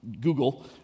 Google